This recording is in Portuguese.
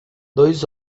dois